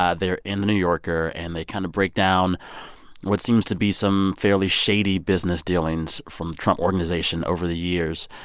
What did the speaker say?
ah they're in the new yorker. and they kind of break down what seems to be some fairly shady business dealings from the trump organization over the years.